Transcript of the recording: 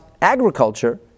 agriculture